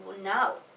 no